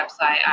website